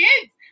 kids